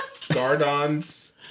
Gardons